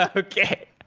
ah okay.